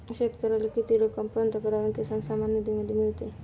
शेतकऱ्याला किती रक्कम पंतप्रधान किसान सन्मान निधीमध्ये मिळते?